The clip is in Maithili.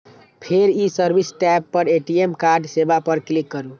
फेर ई सर्विस टैब पर ए.टी.एम कार्ड सेवा पर क्लिक करू